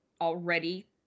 already